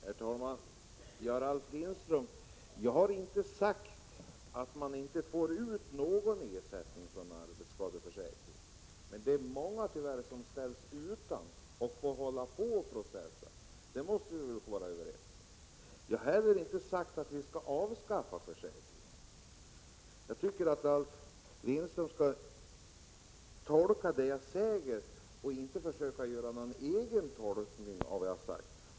Herr talman! Jag har, Ralf Lindström, inte sagt att man inte får ut någon ersättning från arbetsskadeförsäkringen, men det är tyvärr många som inte får det och måste hålla på och processa. Det måste vi väl vara överens om? Jag har heller inte sagt att vi skall avskaffa försäkringen. Jag tycker att Ralf Lindström skall höra på vad jag säger och inte försöka göra en egen tolkning av vad jag har sagt.